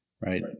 right